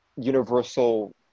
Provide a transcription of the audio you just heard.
universal